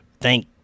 Thank